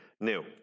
new